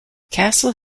castle